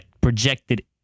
projected